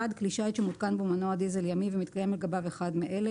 כלי שיט שמותקן בו מנוע דיזל ימי ומתקיים לגביו אחד מאלה